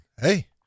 hey